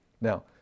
Now